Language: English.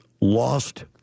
lost